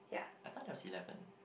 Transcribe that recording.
I thought that was eleven